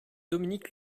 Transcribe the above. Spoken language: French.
dominique